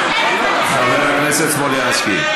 חבר הכנסת סלומינסקי.